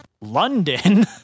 London